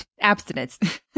abstinence